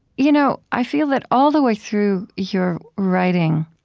you know i feel that, all the way through your writing,